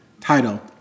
title